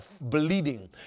bleeding